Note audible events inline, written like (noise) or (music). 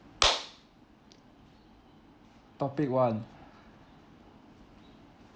(noise) topic one